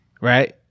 right